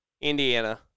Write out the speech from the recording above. Indiana